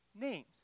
names